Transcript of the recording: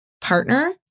partner